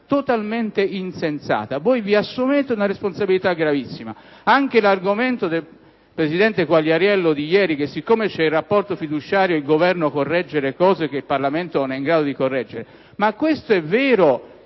totalmente insensata. Voi vi assumete una responsabilità gravissima. Mi riferisco anche all'argomento usato ieri dal presidente Quagliariello per cui, siccome c'è il rapporto fiduciario, il Governo può correggere le cose che il Parlamento non è in grado di correggere. Questo è vero